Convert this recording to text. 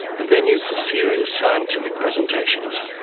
the venue for serious scientific presentations.